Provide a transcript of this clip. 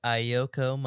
Ayoko